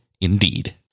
Indeed